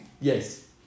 Yes